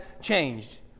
changed